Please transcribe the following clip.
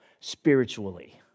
Spiritually